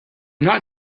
not